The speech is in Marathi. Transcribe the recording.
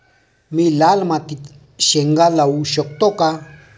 मी लाल मातीत शेंगा लावू शकतो का?